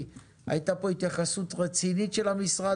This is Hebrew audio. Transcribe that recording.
הייתה פה התייחסות רצינית של המשרד,